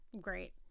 Great